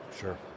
Sure